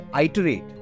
iterate